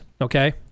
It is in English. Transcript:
okay